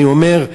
אני אומר,